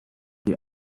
the